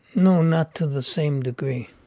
no, not to the same degree